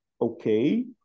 okay